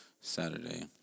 Saturday